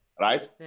right